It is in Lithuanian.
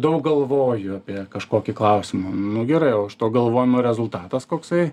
daug galvoju apie kažkokį klausimą nu gerai o iš to galvojimo rezultatas koksai